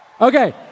Okay